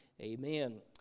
Amen